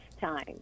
time